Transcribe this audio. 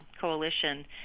coalition